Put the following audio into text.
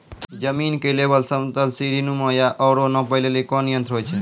जमीन के लेवल समतल सीढी नुमा या औरो नापै लेली कोन यंत्र होय छै?